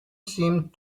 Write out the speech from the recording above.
seemed